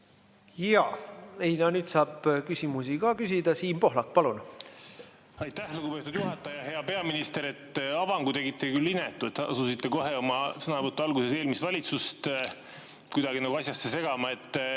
Jaa. Nüüd saab küsimusi ka küsida. Siim Pohlak, palun! Aitäh, lugupeetud juhataja! Hea peaminister! Avangu tegite küll inetu, asusite kohe oma sõnavõtu alguses eelmist valitsust kuidagi asjasse segama.